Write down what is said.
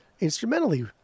instrumentally